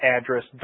address